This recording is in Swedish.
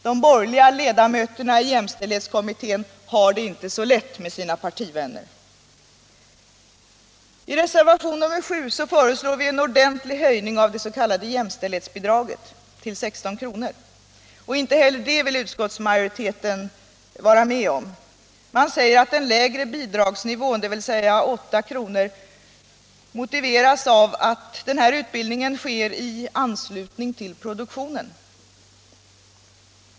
De borgerliga ledamöterna av jämställdhetskommittén har det inte så lätt med sina partivänner. I reservation nr 7 föreslår vi en ordentlig höjning av det s.k. jämställdhetsbidraget till 16 kr. Inte heller det vill utskottsmajoriteten vara med om. Man säger att den lägre bidragsnivån — dvs. 8 kr. — motiveras av att den här utbildningen sker i anslutning till produktionen.